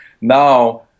Now